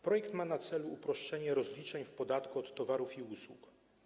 Projekt ma na celu uproszczenie rozliczeń w podatku od towarów i usług.